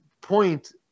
point